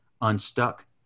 unstuck